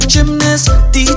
Gymnast